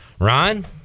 ryan